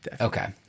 Okay